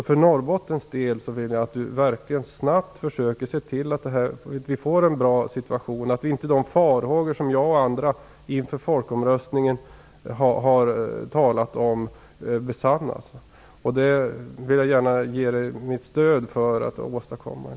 För Norrbottens del vill jag att Anders Sundström verkligen snabbt försöker se till att vi får en bra situation och att inte de farhågor som jag och andra inför folkomröstningen har talat om besannas. Jag vill gärna ge Anders Sundström mitt stöd för att åstadkomma det.